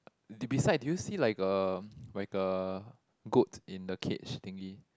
the beside do you see like a like a goat in a cage thingy